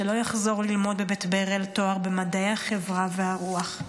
שלא יחזור ללמוד בבית ברל תואר במדעי החברה והרוח.